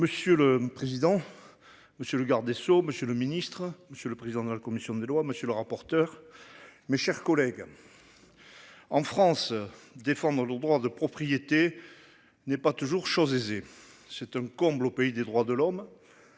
Monsieur le président. Monsieur le garde des Sceaux, Monsieur le Ministre, monsieur le président de la commission des lois. Monsieur le rapporteur. Mes chers collègues. En France, défendre au Louvre droits de propriété. N'est pas toujours chose aisée. C'est un comble au pays des droits de l'homme.